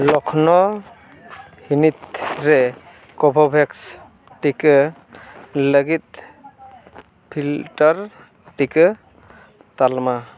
Lucknow clinic ᱨᱮ Covovax ᱴᱤᱠᱟᱹ ᱞᱟᱹᱜᱤᱫ ᱯᱷᱤᱞᱴᱟᱨ ᱴᱤᱠᱟᱹ ᱛᱟᱞᱢᱟ